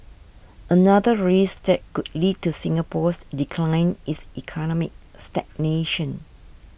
another risk that could lead to Singapore's decline is economic stagnation